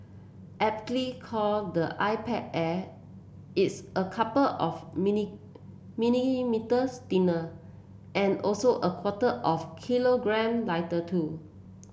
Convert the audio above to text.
Aptly called the iPad Air it's a couple of mini millimetres thinner and also a quarter of kilogram lighter too